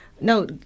No